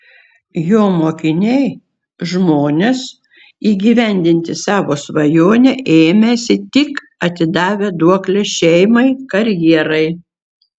jo mokiniai žmonės įgyvendinti savo svajonę ėmęsi tik atidavę duoklę šeimai karjerai